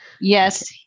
Yes